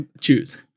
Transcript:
Choose